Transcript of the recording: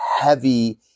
heavy